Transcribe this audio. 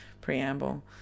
preamble